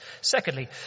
Secondly